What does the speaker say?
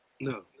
No